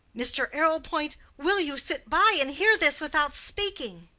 mr. arrowpoint, will you sit by and hear this without speaking?